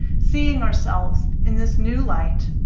seeing ourselves in this new light,